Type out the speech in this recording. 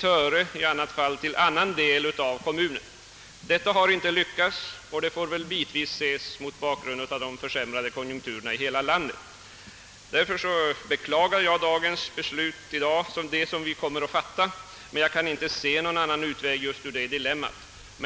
Töre eller i annan del av kommunen. Detta har inte lyckats, vilket delvis får ses mot bakgrunden av de försämrade konjunkturerna i hela landet. Jag beklagar det beslut vi kommer att fatta i dag, men jag kan inte se någon annan utväg ur detta dilemma.